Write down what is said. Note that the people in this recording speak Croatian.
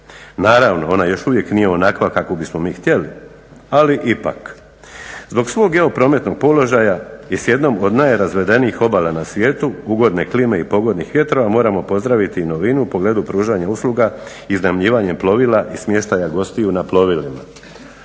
Naravno, ona još uvijek nije onakva kakvu bismo mi htjeli ali ipak. Zbog svog geoprometnog položaja i s jednom od najrazvedenijih obala na svijetu, ugodne klime i pogodnih vjetrova moramo pozdraviti i novinu u pogledu pružanja usluga, iznajmljivanjem plovila i smještaja gostiju na plovilima.